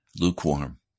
Lukewarm